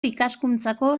ikaskuntzako